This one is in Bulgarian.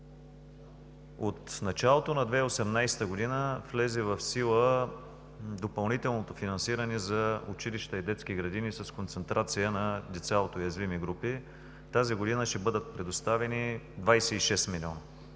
от началото на 2018 г. влезе в сила допълнителното финансиране за училища и детски градини с концентрация на деца от уязвими групи. Тази година ще бъдат предоставени 26 милиона.